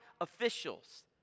officials